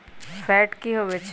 Fat की होवछै?